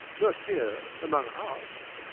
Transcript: not here among us?